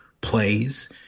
plays